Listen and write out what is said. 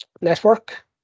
network